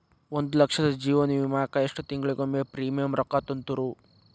ಒಂದ್ ಲಕ್ಷದ ಜೇವನ ವಿಮಾಕ್ಕ ಎಷ್ಟ ತಿಂಗಳಿಗೊಮ್ಮೆ ಪ್ರೇಮಿಯಂ ರೊಕ್ಕಾ ತುಂತುರು?